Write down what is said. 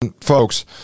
folks